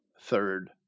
third